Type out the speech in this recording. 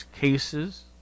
cases